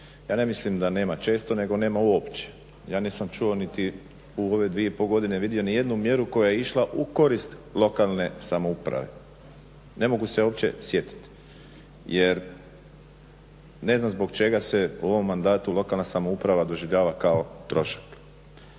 Ja ne mislim da nema često nego nema uopće. Ja nisam čuo niti u ove 2,5 godine vidio nijednu mjeru koja je išla u korist lokalne samouprave. Ne mogu se uopće sjetiti. Jer ne znam zbog čega se u ovom mandatu lokalna samouprava doživljava kao trošak.